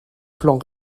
plan